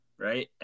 right